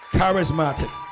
charismatic